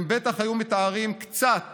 הם בטח היו מתארים קצת